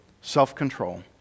self-control